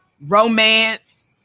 romance